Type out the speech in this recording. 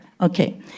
Okay